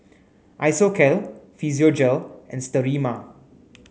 Isocal Physiogel and Sterimar